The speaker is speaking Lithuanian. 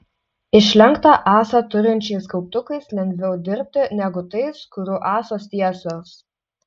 išlenktą ąsą turinčiais kauptukais lengviau dirbti negu tais kurių ąsos tiesios